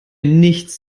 nichts